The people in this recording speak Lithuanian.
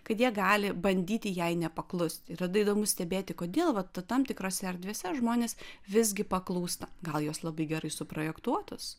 kad jie gali bandyti jai nepaklus yra įdomu stebėti kodėl vat tam tikrose erdvėse žmonės visgi paklūsta gal jos labai gerai suprojektuotos